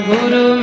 Guru